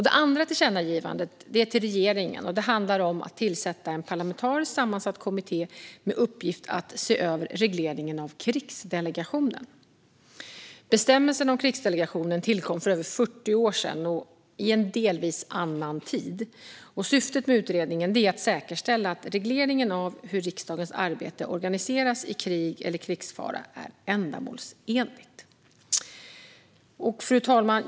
Det andra tillkännagivandet är till regeringen och handlar om att tillsätta en parlamentariskt sammansatt kommitté med uppgift att se över regleringen av krigsdelegationen. Bestämmelserna om krigsdelegationen tillkom för över 40 år sedan i en delvis annan tid. Syftet med utredningen är att säkerställa att regleringen av hur riksdagens arbete organiseras i krig eller krigsfara är ändamålsenlig. Fru talman!